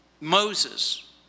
Moses